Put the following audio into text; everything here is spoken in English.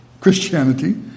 Christianity